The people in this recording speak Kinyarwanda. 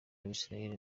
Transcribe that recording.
abisiraheli